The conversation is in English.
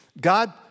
God